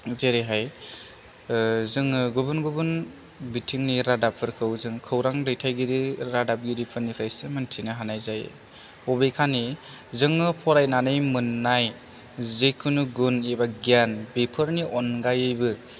जेरैहाय जोङो गुबुन गुबुन बिथिंनि रादाबफोरखौ जों खौरां दैथायगिरि रादाबगिरिफोरनिफ्रायसो मिन्थिनो हानाय जायो बबेखानि जोङो फरायनानै मोननाय जेखुनु गुन एबा गियान बेफोरनि अनगायैबो